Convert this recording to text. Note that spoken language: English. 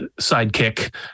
sidekick